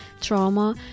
trauma